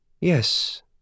Yes